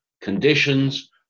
conditions